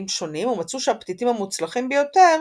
שונים ומצאו שהפתיתים המוצלחים ביותר